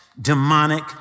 demonic